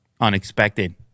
Unexpected